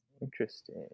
interesting